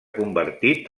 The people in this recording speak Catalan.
convertit